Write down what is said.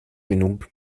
genug